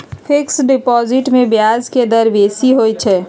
fixed deposit में ब्याज के दर बेशी होइ छइ